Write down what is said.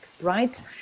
right